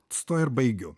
su tuo ir baigiu